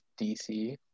DC